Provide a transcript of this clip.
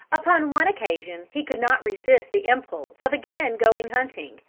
upon one occasion he could not resist the impulse of again going hunting,